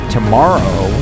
Tomorrow